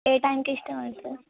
ఏ టైంకి ఇష్టం అయితే